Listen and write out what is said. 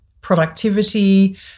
productivity